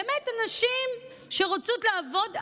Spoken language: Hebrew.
באמת נשים שרוצות לעבוד,